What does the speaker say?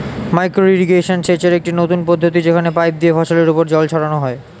micro irrigation সেচের একটি নতুন পদ্ধতি যেখানে পাইপ দিয়ে ফসলের উপর জল ছড়ানো হয়